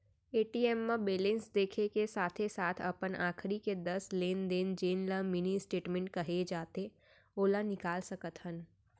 ATM म balance देखे के साथे साथ अपन आखरी के दस लेन देन जेन ल मिनी स्टेटमेंट कहे जाथे ओला निकाल सकत हन